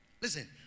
Listen